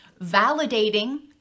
validating